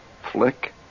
Flick